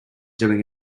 doing